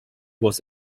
was